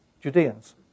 Judeans